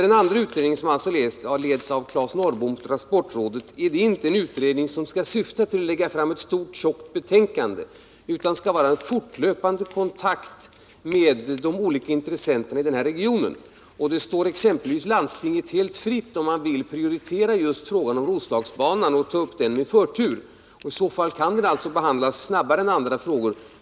Den andra utredningen, som leds av Claes-Eric Norrbom, transportrådet, är inte en utredning som syftar till framlä tjockt betänkande utan till en fortlöpande kontakt med de olika intressenterna i den här regionen. Det står exempelvis landstinget helt fritt att prioritera just frågan om Roslagsbanan och ta upp den med förtur. I så fall kan den alltså behandlas snabbare än andra frågor.